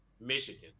Michigan